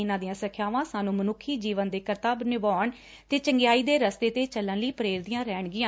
ਇਨਾ ਦੀਆ ਸਿੱਖਿਆਵਾ ਸਾਨੂੰ ਮਨੁੱਖੀ ਜੀਵਨ ਦੇ ਕਰਤੱਵ ਨਿਭਾਉਣ ਤੇ ਚੰਗਿਆਈ ਦੇ ਰਸਤੇ ਤੇ ਚੱਲਣ ਲਈ ਪ੍ਰੇਰਦੀਆਂ ਰਹਿਣਗੀਆਂ